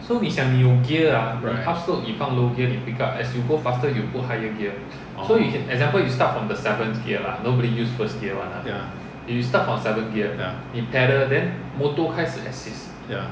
right orh ya ya ya